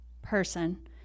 Person